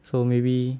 so maybe